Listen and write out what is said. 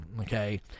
Okay